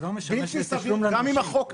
כשאומרים שלכולנו יש אחריות,